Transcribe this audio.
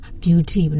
beauty